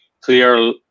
clear